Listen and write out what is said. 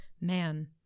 man